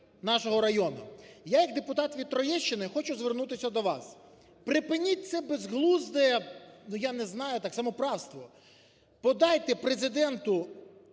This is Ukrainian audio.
нашого району. Я як депутат від Троєщини хочу звернутися до вас. Припиніть це безглузде, я не знаю, так, самоправство. Подайте Президенту